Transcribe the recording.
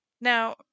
Now